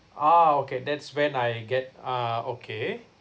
ah okay that's when I get uh okay